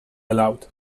aloud